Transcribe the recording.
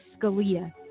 Scalia